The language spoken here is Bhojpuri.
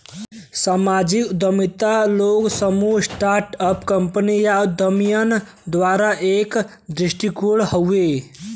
सामाजिक उद्यमिता लोग, समूह, स्टार्ट अप कंपनी या उद्यमियन द्वारा एक दृष्टिकोण हउवे